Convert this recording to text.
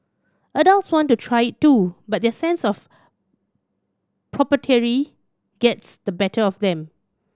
adults want to try it too but their sense of gets the better of them